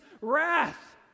wrath